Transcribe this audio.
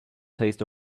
taste